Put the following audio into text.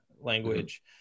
language